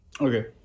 okay